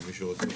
למי שרוצה,